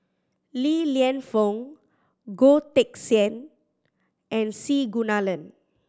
Li Lienfung Goh Teck Sian and C Kunalan